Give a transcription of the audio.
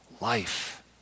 life